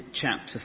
chapter